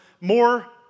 more